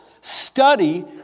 Study